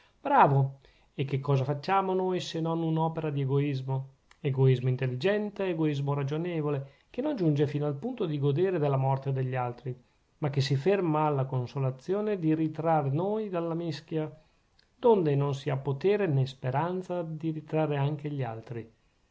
bravo e che cosa facciamo noi se non un'opera d'egoismo egoismo intelligente egoismo ragionevole che non giunge fino al punto di godere della morte degli altri ma che si ferma alla consolazione di ritrar noi dalla mischia donde non si ha potere nè speranza di ritrarre anche gli altri